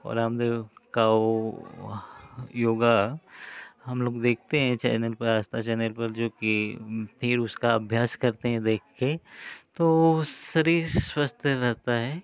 और रामदेव का वो योग हम लोग देखते हैं चैनल पर आस्था चैनल पर जो कि तीर उसका अभ्यास करते हैं देख कर तो शरीर स्वस्थ रहता है